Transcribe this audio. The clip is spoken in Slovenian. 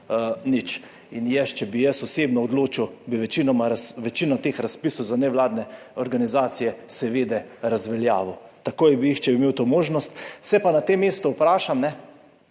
nič. Če bi jaz osebno odločil, bi večinoma večino teh razpisov za nevladne organizacije seveda razveljavil. Takoj bi jih, če bi imel to možnost. Se pa na tem mestu vprašam, kaj